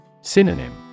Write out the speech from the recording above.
Synonym